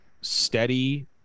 steady